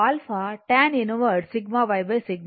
23 sin ω t ఇది గరిష్ట విలువ 13